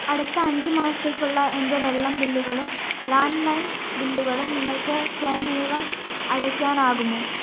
അടുത്ത അഞ്ചു മാസത്തേക്കുള്ള എൻ്റെ വെള്ളം ബില്ലുകളും ലാൻഡ്ലൈൻ ബില്ലുകളും നിങ്ങൾക്ക് സ്വയമേവ അടയ്ക്കാനാകുമോ